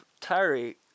Terry